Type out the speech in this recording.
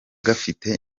gafite